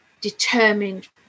determined